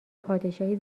پادشاهی